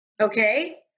okay